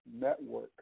Network